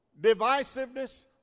divisiveness